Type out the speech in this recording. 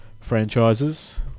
franchises